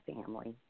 family